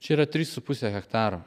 čia yra trys su puse hektaro